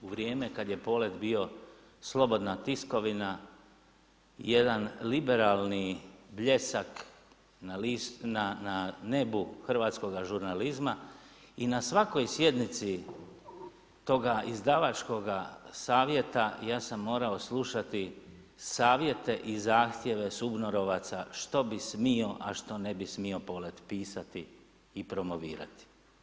U vrijeme kad je Polet bio slobodna tiskovina, jedan liberalni bljesak na nebu hrvatskoga žurnalizma i na svakoj sjednici toga izdavačkoga savjeta ja sam morao slušati savjete i zahtjeve SUBNOR-ovaca što bi smio a što ne bi smio Polet pisati i promovirati.